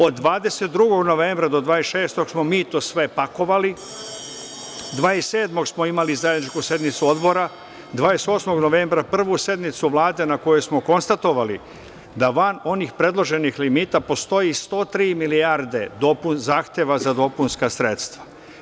Od 22. novembra do 26. smo mi to sve pakovali, 27. smo imali zajedničku sednicu odbora, 28. novembra prvu sednicu Vlade na kojoj smo konstatovali da van onih predloženih limita postoji i 103 milijarde zahteva za dopunska sredstva.